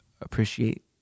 appreciate